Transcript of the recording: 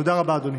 תודה רבה, אדוני.